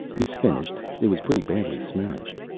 it's finished. it was pretty badly smashed.